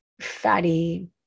fatty